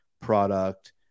product